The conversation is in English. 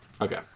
Okay